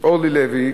אורלי לוי,